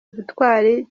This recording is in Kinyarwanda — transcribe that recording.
ubutwari